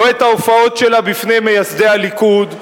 לא את ההופעות שלה בפני מייסדי הליכוד,